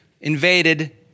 invaded